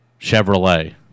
Chevrolet